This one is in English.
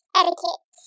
etiquette